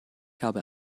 habe